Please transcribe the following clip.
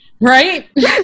right